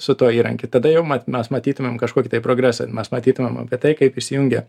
su tuo įrankiu tada jau mat mes matytumėm kažkokį tai progresą ir mes matytumėm apie tai kaip įsijungia